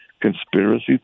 conspiracy